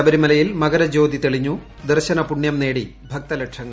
ശബരിമലയിൽ മകർജ്യോതി തെളിഞ്ഞു ദർശന പുണ്യം നേടി ഭക്ത ലക്ഷങ്ങൾ